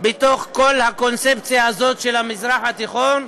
בתוך כל הקונספציה הזאת של המזרח התיכון.